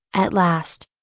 at last.